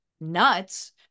nuts